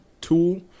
tool